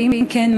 ואם כן,